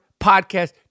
podcast